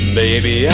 baby